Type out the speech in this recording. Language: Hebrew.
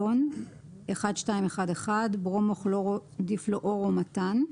1211 Halon - ברומו-כלורו-דיפלואורו-מתן,